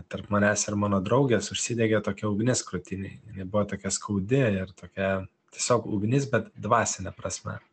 tarp manęs ir mano draugės užsidegė tokia ugnis krūtinėj jin buvo tokia skaudi ir tokia tiesiog ugnis bet dvasine prasme